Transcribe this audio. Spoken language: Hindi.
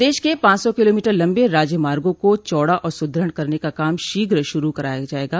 प्रदेश के पांच सौ किलोमीटर लम्बे राज्य मार्गो को चौड़ा और सुदृढ़ करने का काम शीघ्र श्रू कराया जायेगा